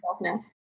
now